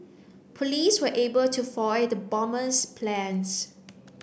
police were able to foil the bomber's plans